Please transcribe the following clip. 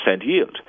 yield